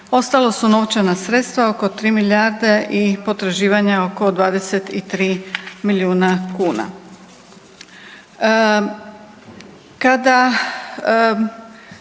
ostalo su novčana sredstva oko 3 milijarde i potraživanja oko 23 milijuna kuna.